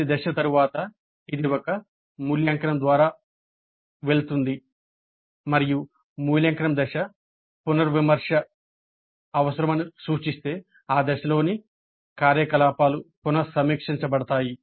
ప్రతి దశ తరువాత ఇది ఒక మూల్యాంకనం ద్వారా వెళుతుంది మరియు మూల్యాంకనం దశ పునర్విమర్శ అవసరమని సూచిస్తే ఆ దశలోని కార్యకలాపాలు పునః సమీక్షించబడతాయి